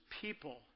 people